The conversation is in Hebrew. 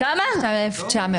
בבקשה, תמשיכי.